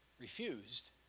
refused